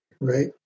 right